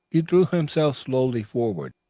he drew himself slowly forward,